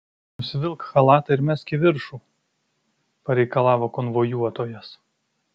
nusivilk chalatą ir mesk į viršų pareikalavo konvojuotojas